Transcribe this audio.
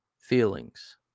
feelings